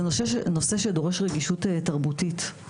זה נושא שדורש רגישות תרבותית.